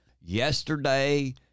yesterday